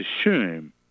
assume